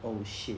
oh shit